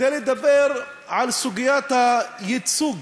כדי לדבר על סוגיית הייצוג